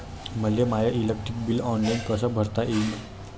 मले माय electric bill online कस भरता येईन?